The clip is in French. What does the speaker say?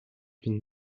une